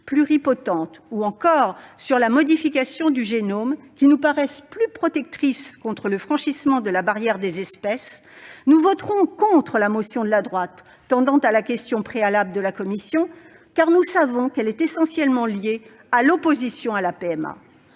pluripotentes ou encore sur la modification du génome, qui nous paraissent plus protectrices contre le franchissement de la barrière des espèces, nous voterons contre la motion de la droite déposée au nom de la commission spéciale, car nous savons qu'elle est essentiellement liée à une opposition à la PMA.